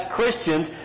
Christians